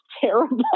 terrible